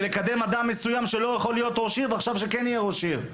לקדם אדם מסוים שלא יכול להיות ראש עיר ועכשיו שכן יהיה ראש עיר.